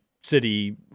City